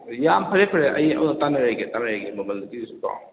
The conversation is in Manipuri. ꯌꯥꯝ ꯐꯔꯦ ꯐꯔꯦ ꯑꯩ ꯑꯃꯇ ꯇꯥꯅꯔꯒꯦ ꯇꯥꯅꯔꯒꯦ ꯃꯃꯜꯗꯨꯒꯤꯗꯨꯁꯨꯀꯣ